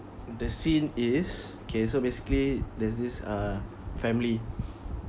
the scene is okay so basically there's this uh family